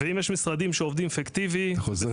ואם יש משרדים שעובדים פיקטיבי --- זה חוזר